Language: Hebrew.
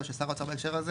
או של שר האוצר בהקשר הזה.